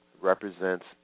represents